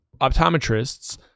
optometrists